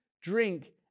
drink